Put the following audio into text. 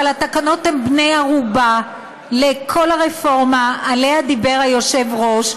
אבל התקנות הן בנות-ערובה של כל הרפורמה שעליה דיבר היושב-ראש,